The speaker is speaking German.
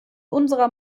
unserer